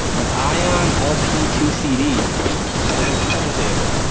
an eye on lp two cd turntable,